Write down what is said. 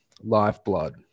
Lifeblood